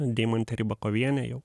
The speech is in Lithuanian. deimantė ribakovienė jau